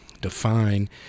define